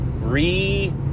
re